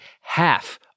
half